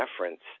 reference